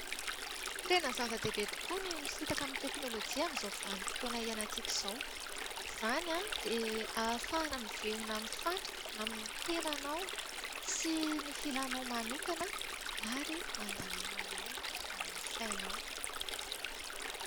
Tena zava-dehibe tokoa ny misintaka amin'ny teknolojia amin'izao vanim-potoana iainantsika izao. Izany dia ahafahana miverina mifantoka amin'ny tenanao sy ny filànao manokana, ary handaminanao ny sainao.